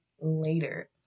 later